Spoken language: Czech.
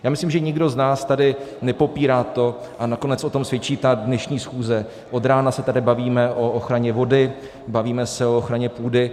Já myslím, že nikdo z nás tady nepopírá to, a nakonec o tom svědčí ta dnešní schůze, od rána se tady bavíme o ochraně vody, bavíme se o ochraně půdy.